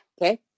Okay